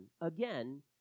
again